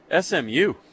SMU